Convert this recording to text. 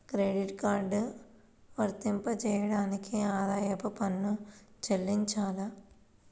Credit card వర్తింపజేయడానికి ఆదాయపు పన్ను చెల్లించాలా?